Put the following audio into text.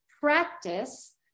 practice